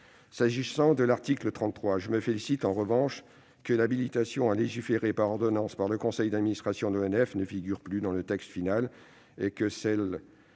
S'agissant de l'article 33, je me félicite en revanche de ce que l'habilitation à légiférer par ordonnance sur le conseil d'administration de l'ONF ne figure plus dans le texte final. Par ailleurs,